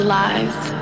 lives